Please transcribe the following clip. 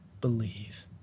believe